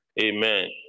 Amen